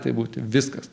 nebegali taip būti viskas